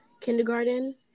kindergarten